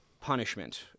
punishment